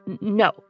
No